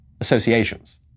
associations